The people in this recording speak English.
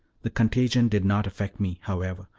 the contagion did not affect me, however,